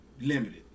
limited